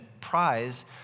prize